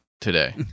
today